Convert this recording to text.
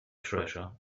treasure